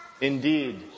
Indeed